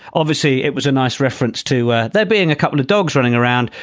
obviously, it was a nice reference to there being a couple of dogs running around.